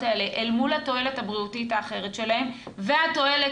האלה אל מול התועלת הבריאותית האחרת שלהם והתועלת